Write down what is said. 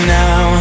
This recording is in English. now